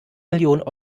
millionen